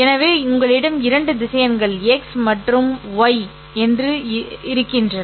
எனவே உங்களிடம் இரண்டு திசையன்கள் ́x மற்றும் sayy என்று கூறுகின்றன